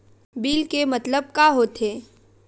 Bill के मतलब का होथे?